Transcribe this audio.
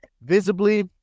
visibly